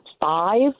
five